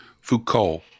Foucault